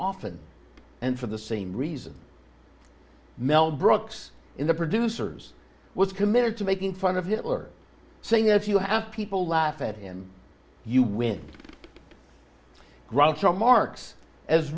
often and for the same reason mel brooks in the producers was committed to making fun of hitler saying that if you have people laugh at him you win groucho marx as